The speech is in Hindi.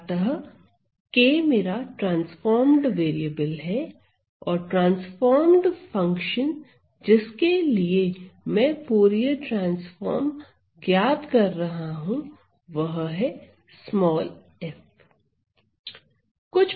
अतः k मेरा ट्रांसफॉर्म्ड वेरिएबल है और ट्रांसफॉर्म्ड फंक्शन जिसके लिए मैं फूरिये ट्रांसफार्म ज्ञात कर रहा हूं वह f है